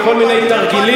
בכל מיני תרגילים,